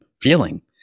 feeling